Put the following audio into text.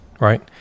right